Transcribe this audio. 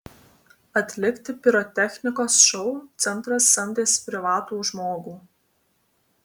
atlikti pirotechnikos šou centras samdėsi privatų žmogų